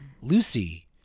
lucy